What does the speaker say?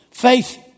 Faith